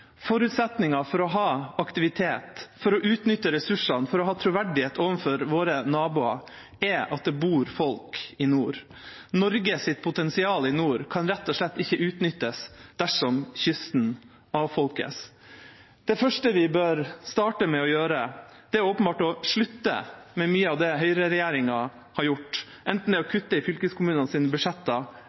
for å ha aktivitet, for å utnytte ressursene, og for å ha troverdighet overfor våre naboer er at det bor folk i nord. Norges potensial i nord kan rett og slett ikke utnyttes dersom kysten avfolkes. Det første vi bør gjøre, er åpenbart å slutte med mye av det høyreregjeringa har gjort, enten det er å kutte i fylkeskommunenes budsjetter